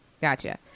Gotcha